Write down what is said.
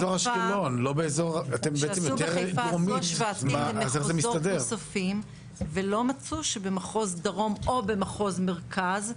כשעשו בחיפה עשו במחוזות נוספים ולא מצאו שמחוז דרום או במחוז מרכז.